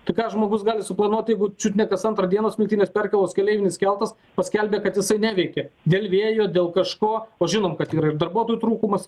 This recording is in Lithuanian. tai ką žmogus gali suplanuot jeigu čiut ne kas antrą dieną smiltynės perkėlos keleivinis keltas paskelbė kad jisai neveikė dėl vėjo dėl kažko o žinome kad yra ir darbuotojų trūkumas